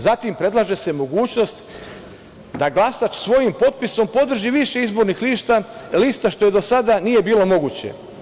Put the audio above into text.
Zatim, predlaže se mogućnost da glasač svojim potpisom podrži više izbornih lista, što do sada nije bilo moguće.